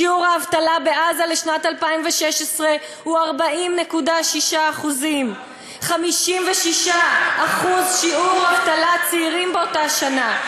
שיעור האבטלה בעזה לשנת 2016 הוא 40.6%. 56% שיעור אבטלת צעירים באותה שנה.